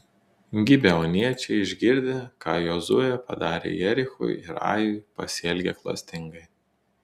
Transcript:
gibeoniečiai išgirdę ką jozuė padarė jerichui ir ajui pasielgė klastingai